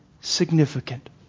significant